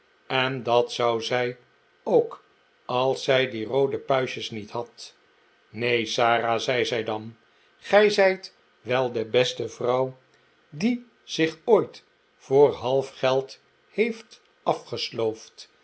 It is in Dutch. en dat zou zij ook als zij die roode puistjes niet had neen sara zei zij dan ge zijt wel de beste vrouw die zich ooit voor half geld heeft afgesloofd